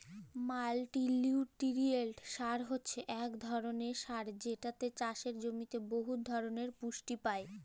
মাল্টিলিউটিরিয়েল্ট সার হছে ইক ধরলের সার যেটতে চাষের জমিতে বহুত ধরলের পুষ্টি পায়